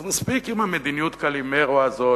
אז מספיק עם המדיניות "קלימרו" הזאת,